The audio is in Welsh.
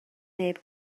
neb